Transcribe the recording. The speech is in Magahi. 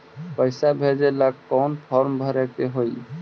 पैसा भेजे लेल कौन फार्म भरे के होई?